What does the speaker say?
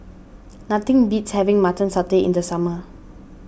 nothing beats having Mutton Satay in the summer